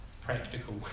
practical